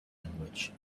language